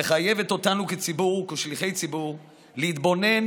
מחייבת אותנו כציבור וכשליחי ציבור להתבונן